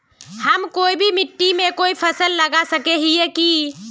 हम कोई भी मिट्टी में कोई फसल लगा सके हिये की?